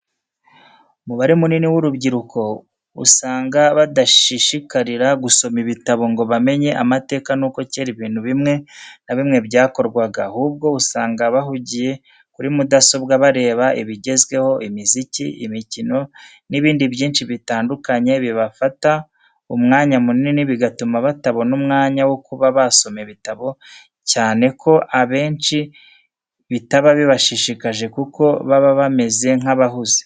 Umubare munini w'urubyiruko usanga badashishikarira gusoma ibitabo ngo bamenye amateka nuko cyera ibintu bimwe na bimwe byakorwaga, ahubwo usanga bahugiye kuri mudasobwa bareba ibigezweho, imiziki, imikino n'ibindi byinshi bitandukanye, bibafata umwanya munini bigatuma batabona umwanya wo kuba basoma ibitabo cyane ko abenshi bitaba bibashishikaje kuko baba bameze nk'abahuze.